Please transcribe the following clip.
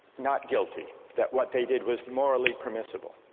not guilty, that what they did was morally permissible?